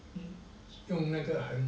用那个很